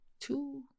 two